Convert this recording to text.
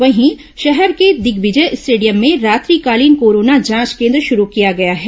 वहीं शहर के दिग्विजय स्टेडियम में रात्रिकालीन कोरोना जांच कोन्द्र शुरू किया गया है